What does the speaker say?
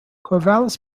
corvallis